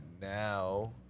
now